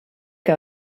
que